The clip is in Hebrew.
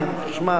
חשמל.